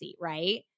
right